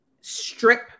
strip